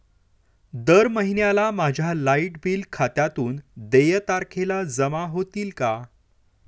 दर महिन्याला माझ्या लाइट बिल खात्यातून देय तारखेला जमा होतील का?